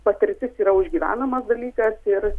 patirtis yra užgyvenamas dalykas ir